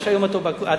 כי היום אתה בקואליציה.